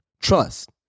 Trust